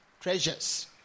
treasures